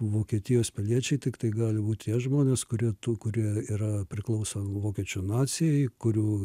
vokietijos piliečiai tiktai gali būti tie žmonės kurie tų kurie yra priklauso vokiečių nacijai kurių